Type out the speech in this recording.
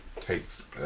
takes